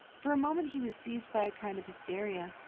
for a moment he was seized by a kind of hysteria.